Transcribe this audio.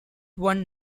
won